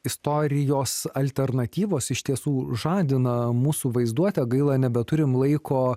istorijos alternatyvos iš tiesų žadina mūsų vaizduotę gaila nebeturim laiko